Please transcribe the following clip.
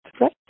right